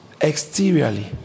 exteriorly